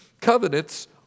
Covenants